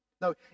No